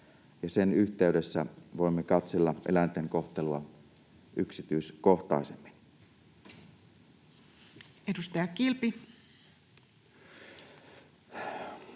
sen yhteydessä voimme katsella eläinten kohtelua yksityiskohtaisemmin.